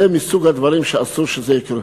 שזה מסוג הדברים שאסור שיקרו.